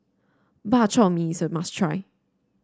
Bak Chor Mee is a must try